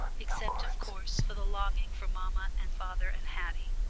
except of course for the longing for mamma and father and haddie,